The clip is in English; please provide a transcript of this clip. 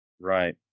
Right